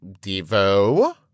Devo